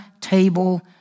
table